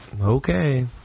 Okay